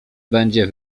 będzie